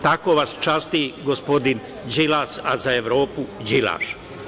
Tako vas časti gospodin Đilas, a za Evropu Đilaš.